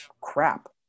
crap